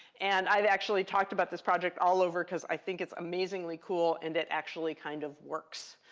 and i've actually talked about this project all over, because i think it's amazingly cool, and it actually kind of works.